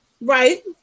Right